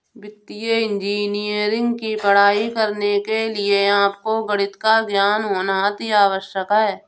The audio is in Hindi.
वित्तीय इंजीनियरिंग की पढ़ाई करने के लिए आपको गणित का ज्ञान होना अति आवश्यक है